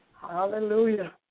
hallelujah